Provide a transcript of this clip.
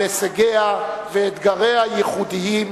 על הישגיה ואתגריה הייחודיים,